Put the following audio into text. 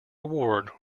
award